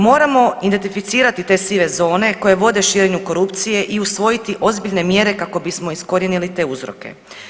Moramo identificirati te sive zone koje vode širenju korupcije i usvojiti ozbiljne mjere kako bismo iskorijenili te uzroke.